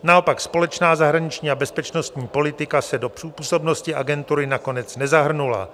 Naopak společná zahraniční a bezpečnostní politika se do působnosti agentury nakonec nezahrnula.